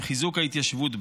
עם חיזוק ההתיישבות בה.